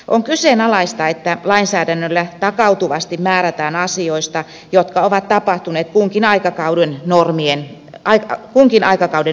on kyseenalaista että lainsäädännöllä takautuvasti määrätään asioista jotka ovat tapahtuneet kunkin aikakauden normien mukaisesti